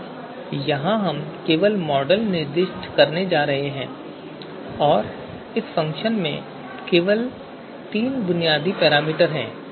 अब यहां हम केवल एक मॉडल निर्दिष्ट करने जा रहे हैं और इस फ़ंक्शन में केवल तीन बुनियादी पैरामीटर हैं